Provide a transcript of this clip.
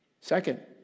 Second